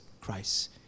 christ